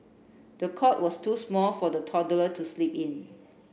the cot was too small for the toddler to sleep in